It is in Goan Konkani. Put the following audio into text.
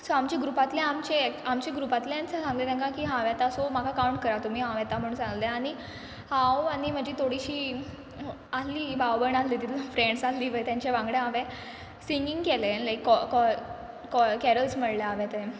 सो आमचें ग्रुपातलें आमचें एक आमचें ग्रुपातलेंच सांगलें तेंकां की हांव येता सो म्हाका कावंट करा तुमी हांव येता म्हुणू सांगलें आनी हांव आनी म्हाजीं थोडीशीं आसलीं भाव भयणा आसलीं तितू फ्रॅण्स आसलीं पळय तांचे वांगडा हांवें सिंगींग केलें लायक कॉ कॉ कॉ कॅरल्स म्हळ्ळे हांवें ते